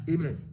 Amen